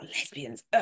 lesbians